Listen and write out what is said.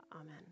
Amen